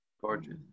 gorgeous